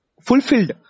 fulfilled